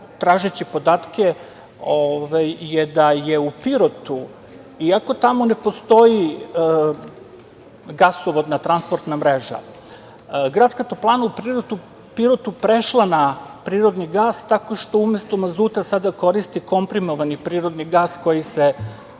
tražeći podatke, je da je u Pirotu, iako tamo ne postoji gasovodna transportna mreža, gradska toplana prešla na prirodni gas, tako što umesto mazuta koriste komprimovani prirodni gas koji se